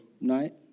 night